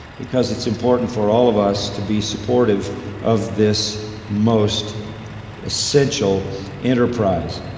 because it's important for all of us to be supportive of this most essential enterprise.